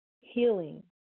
healing